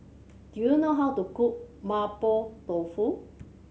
do you know how to cook Mapo Tofu